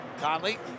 Conley